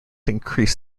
increase